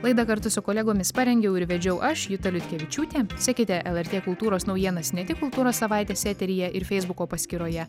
laidą kartu su kolegomis parengiau ir vedžiau aš juta liutkevičiūtė sekite lrt kultūros naujienas ne tik kultūros savaitės eteryje ir feisbuko paskyroje